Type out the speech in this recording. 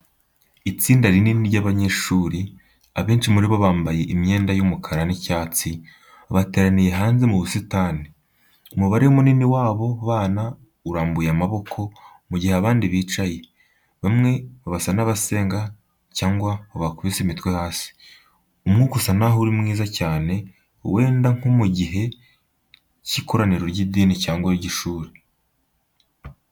Itsinda rinini ry'abanyeshuri, abenshi muri bo bambaye imyenda y'umukara n'icyatsi, bateraniye hanze mu busitani. Umubare munini w'abo bana urambuye amaboko, mu gihe abandi bicaye, bamwe basa n'abasenga cyangwa bakubise imitwe hasi. Umwuka usa naho ari mwiza cyane, wenda nko mu gihe cy'ikoraniro ry'idini cyangwa iry'ishuri.